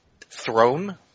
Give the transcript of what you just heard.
throne